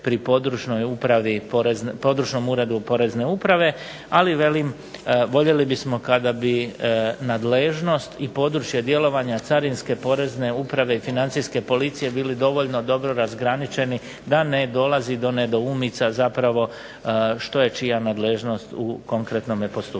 pri područnom uredu porezne uprave, ali velim voljeli bismo kada bi nadležnost i područje djelovanja carinske porezne uprave i Financijske policije bili dovoljno dobro razgraničeni da ne dolazi do nedoumica zapravo što je čija nadležnost u konkretnom postupanju.